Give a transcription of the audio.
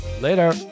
later